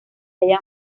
hallan